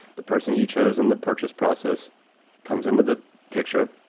the person you chose in the purchase process comes in to the picture.